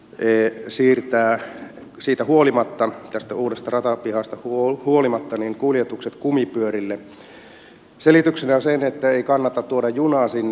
vr siirtää siitä huolimatta tästä uudesta ratapihasta huolimatta kuljetukset kumipyörille selityksenä se että ei kannata tuoda junaa sinne